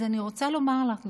אז אני רוצה לומר לך,